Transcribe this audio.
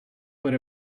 but